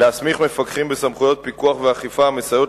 להסמיך מפקחים בסמכויות פיקוח ואכיפה המסייעות